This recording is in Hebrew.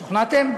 שוכנעתם?